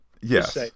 yes